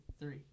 three